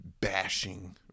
bashing